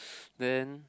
then